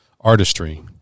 artistry